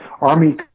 army